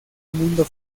mundo